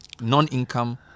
non-income